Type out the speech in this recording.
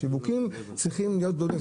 השיווקים צריכים להיות גדולים.